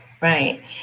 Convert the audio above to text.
right